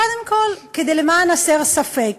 קודם כול, למען הסר ספק,